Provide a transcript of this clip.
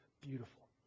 beautiful